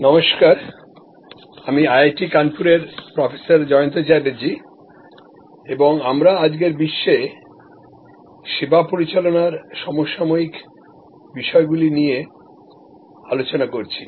নমস্কার আমি আইআইটি কানপুরের প্রফেসর জয়ন্ত চ্যাটার্জী এবং আমরা আজকের বিশ্বে সেবা পরিচালনার সমসাময়িক বিষয়গুলি নিয়ে আলোচনা করছি